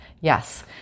Yes